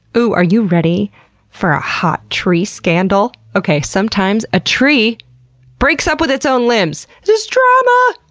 oooh, are you ready for a hot tree scandal? okay, sometimes a tree breaks up with its own limbs! there's drama!